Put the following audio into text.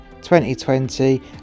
2020